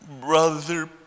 brother